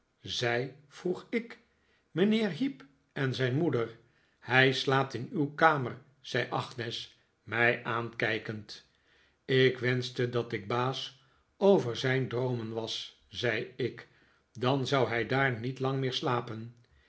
zij vroeg ik mijnheer heep en zijn moeder hij slaapt in uw kamer zei agnes mij aankijkend ik wenschte dat ik baas over zijn droomen was zei ik dan zou hii daar niet lang meer slapen